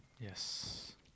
Yes